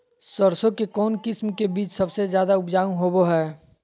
सरसों के कौन किस्म के बीच सबसे ज्यादा उपजाऊ होबो हय?